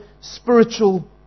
spiritual